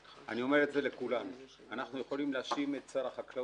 אני אומר את זה לכולנו אנחנו יכולים להאשים את שר החקלאות,